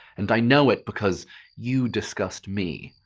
and i know it because you disgust me.